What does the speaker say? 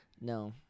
No